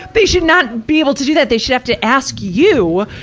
they should not be able to do that. they should have to ask you,